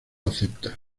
acepta